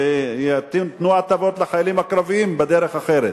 שייתנו הטבות לחיילים הקרביים בדרך אחרת.